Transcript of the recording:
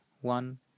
one